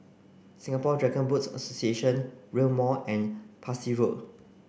Singapore Dragon Boat Association Rail Mall and Parsi Road